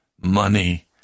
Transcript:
money